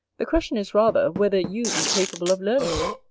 the question is rather, whether you be capable of learning it?